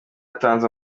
atanze